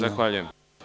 Zahvaljujem.